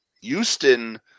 Houston